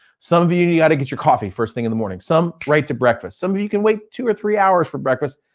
some of you, you gotta get your coffee first thing in the morning. some right to breakfast. some but can wait two or three hours for breakfast.